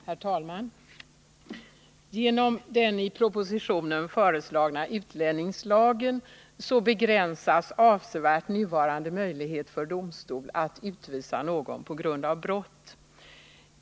Herr talman! Genom den i propositionen föreslagna utlänningslagen begränsas avsevärt nuvarande möjlighet för domstol att utvisa någon på grund av brott.